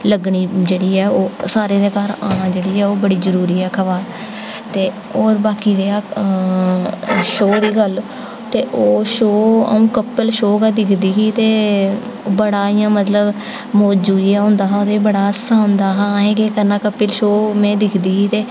लग्गनी जेह्ड़ी ऐ ओह् सारें दे घर आना जेह्ड़ी ऐ ओह् बड़ी जरूरी ऐ अखबार ते होर बाकी रेहा शो दी गल्ल ते ओह् शो अ'ऊं कपिल शो गै दिक्खदी ही ते बड़ा इ'यां मतलब मौजू जेहा होंदा हा ते बड़ा हास्सा आंदा हा ते असें केह् करना कपिल शो में दिक्खदी ही ते